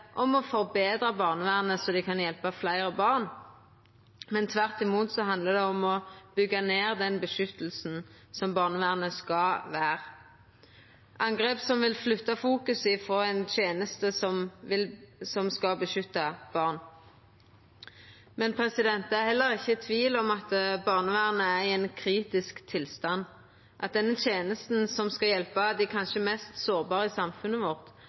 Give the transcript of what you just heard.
om å forbetra barnevernet slik at dei kan hjelpa fleire barn, men tvert imot om å byggja ned det vernet som barnevernet skal vera – angrep som vil flytta fokuset frå ei teneste som skal beskytta barn. Men det er heller ikkje tvil om at barnevernet er i ein kritisk tilstand, at den tenesta som skal hjelpa dei kanskje mest sårbare i samfunnet vårt,